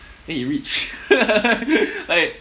then he rich like